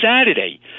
Saturday